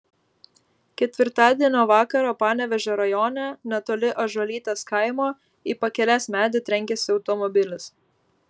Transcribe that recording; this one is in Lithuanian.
ketvirtadienio vakarą panevėžio rajone netoli ąžuolytės kaimo į pakelės medį trenkėsi automobilis